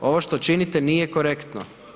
Ovo što činite nije korektno.